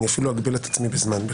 אני אפילו אגביל את עצמי בזמן.